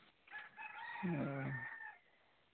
ᱚ